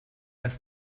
his